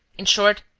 in short,